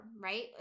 right